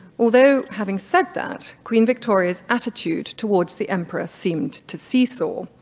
although having said that, queen victoria's attitude toward the emperor seemed to seesaw.